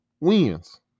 wins